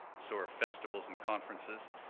so are festivals and conferences,